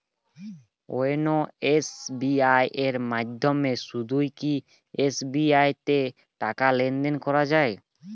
YONO SBI এর মাধ্যমে শুধুই কি এস.বি.আই তে টাকা লেনদেন করা যায়?